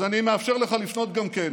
אז אני מאפשר לך לפנות גם כן.